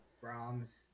Brahms